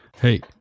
hey